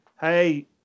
hey